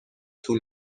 طول